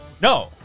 No